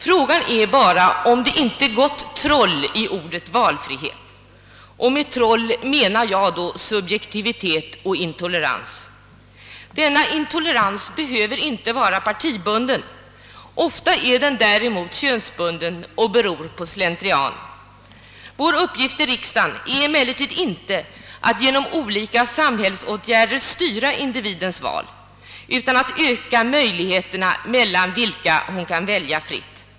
Frågan är bara, om det inte gått troll i ordet valfrihet, och med troll menar jag då subjektivitet och intolerans. Denna intolerans behöver inte alls vara partibunden, ofta är den däremot könsbunden och beror på slentrian. Vår uppgift i riksdagen är emellertid inte att genom olika samhällsåtgärder styra individens val, utan att öka de möjligheter mellan vilka man kan välja fritt.